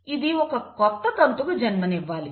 ఇది ఒక కొత్త తంతుకు జన్మ నివ్వాలి